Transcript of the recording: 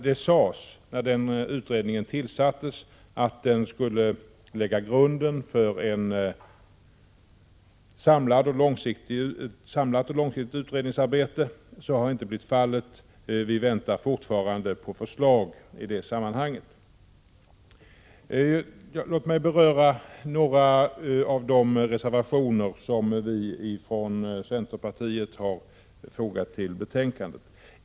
Det sades när den utredningen tillsattes att den skulle lägga grunden för ett samlat och långsiktigt utredningsarbete. Så har inte blivit fallet. Vi väntar fortfarande på förslag i det sammanhanget. Låt mig beröra några av de reservationer som vi från centerpartiet har fogat till betänkandet.